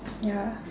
ya